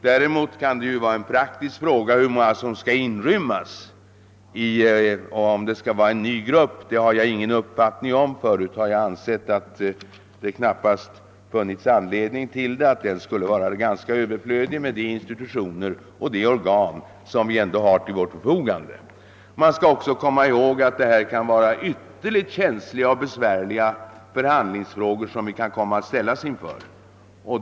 Däremot kan det ju vara en praktisk fråga, hur många som skall inrymmas i detta sammanhang och om det skall ske i en ny grupp. Det har jag ingen uppfattning om. Förut har jag ansett, att det knappast funnits anledning till något sådant, att det skulle vara ganska överflödigt med hänsyn till de institutioner och de organ som vi redan hear till vårt förfogande. Man skall också komma ihåg att det kan vara ytterligt känsliga och besvärliga förhandlingsfrågor som vi kan komma att ställas inför.